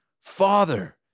Father